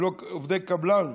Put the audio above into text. עובדי קבלן.